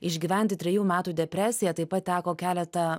išgyventi trejų metų depresiją taip pat teko keletą